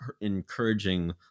encouraging